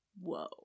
whoa